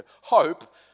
Hope